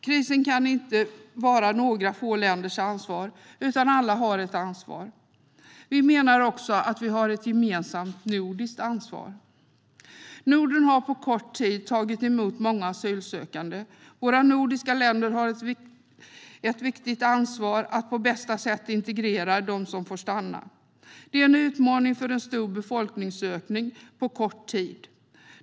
Krisen kan inte vara några få länders ansvar, utan alla har ett ansvar. Vi menar också att vi har ett gemensamt nordiskt ansvar. Norden har på kort tid tagit emot många asylsökande. Våra nordiska länder har ett viktigt ansvar att på bästa sätt integrera dem som får stanna. Det är en utmaning att få en stor befolkningsökning på kort tid.